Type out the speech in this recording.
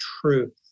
truth